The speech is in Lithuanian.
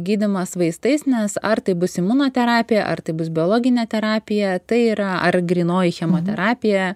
gydymas vaistais nes ar tai bus imunoterapija ar tai bus biologinė terapija tai yra ar grynoji chemoterapija